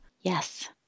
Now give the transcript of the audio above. Yes